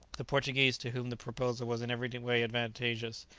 the portuguese, to whom the proposal was in every way advantageous,